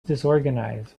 disorganized